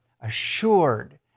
assured